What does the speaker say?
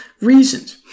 reasons